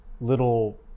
little